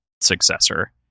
successor